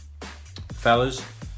Fellas